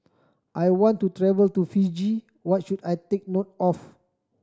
I want to travel to Fiji What should I take note of